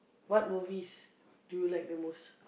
what movies do you like the most